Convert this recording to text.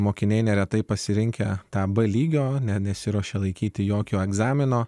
mokiniai neretai pasirinkę tą b lygio nesiruošia laikyti jokio egzamino